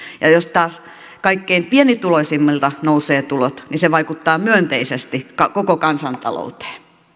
ja jos taas kaikkein pienituloisimmilta nousevat tulot niin se vaikuttaa myönteisesti koko kansantalouteen